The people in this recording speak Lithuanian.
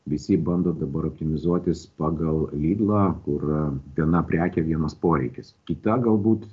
visi bando dabar optimizuotis pagal lidlą kur yra viena prekė vienas poreikis kita galbūt